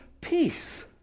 peace